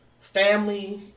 family